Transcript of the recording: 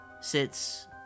sits